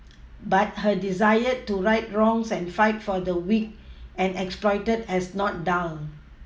but her desire to right wrongs and fight for the weak and exploited has not dulled